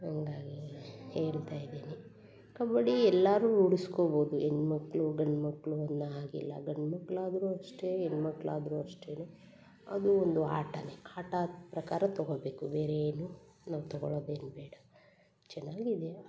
ಹಾಗಾಗಿ ಹೇಳ್ತಾ ಇದ್ದೀನಿ ಕಬಡ್ಡಿ ಎಲ್ಲರೂ ರೂಢಿಸ್ಕೊಬೋದು ಹೆಣ್ ಮಕ್ಕಳು ಗಂಡು ಮಕ್ಕಳು ಅನ್ನೋ ಹಾಗಿಲ್ಲ ಗಂಡು ಮಕ್ಕಳಾದ್ರೂ ಅಷ್ಟೇ ಹೆಣ್ ಮಕ್ಕಳಾದ್ರೂ ಅಷ್ಟೇ ಅದು ಒಂದು ಆಟವೇ ಆಟದ್ ಪ್ರಕಾರ ತಗೊಬೇಕು ಬೇರೆ ಏನೂ ನಾವು ತಗೊಳೋದು ಏನೂ ಬೇಡ ಚೆನ್ನಾಗಿದೆ